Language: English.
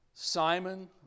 Simon